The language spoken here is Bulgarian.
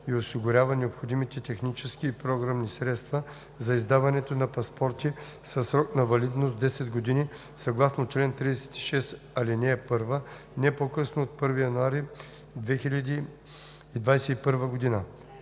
и осигурява необходимите технически и програмни средства за издаването на паспорти със срок на валидност 10 години съгласно чл. 36, ал. 1, не по-късно от 1 януари 2021 г.“